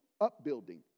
upbuilding